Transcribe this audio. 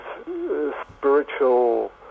spiritual